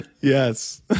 yes